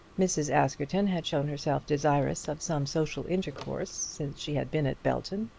mrs. askerton had shown herself desirous of some social intercourse since she had been at belton,